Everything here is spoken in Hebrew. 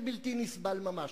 זה בלתי נסבל ממש.